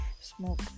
smoke